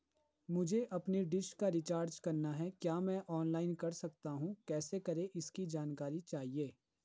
मुझे अपनी डिश का रिचार्ज करना है क्या मैं ऑनलाइन कर सकता हूँ कैसे करें इसकी जानकारी चाहिए?